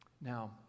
Now